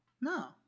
No